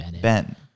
Ben